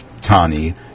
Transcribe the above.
Tani